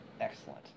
Excellent